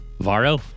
VARO